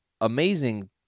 amazing